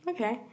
Okay